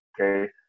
okay